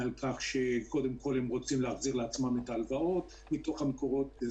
על כך שהם קודם כול יחזירו לעצמם את ההלוואות מתוך המקורות.